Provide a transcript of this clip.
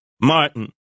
Martin